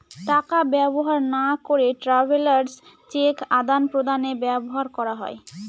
টাকা ব্যবহার না করে ট্রাভেলার্স চেক আদান প্রদানে ব্যবহার করা হয়